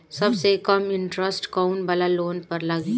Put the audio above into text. सबसे कम इन्टरेस्ट कोउन वाला लोन पर लागी?